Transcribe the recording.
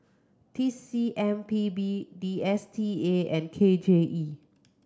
T C M P B D S T A and K J E